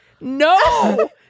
no